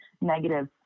negative